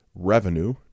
Revenue